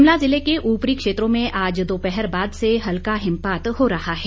शिमला जिले के ऊपरी क्षेत्रों में आज दोपहर बाद से हल्का हिमपात हो रहा है